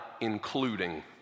including